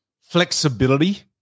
flexibility